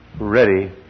ready